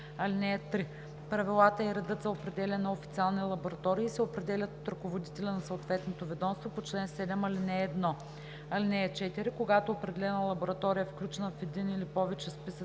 (3) Правилата и редът за определяне на официални лаборатории се определят от ръководителя на съответното ведомство по чл. 7, ал. 1. (4) Когато определена лаборатория, включена в един или повече списъци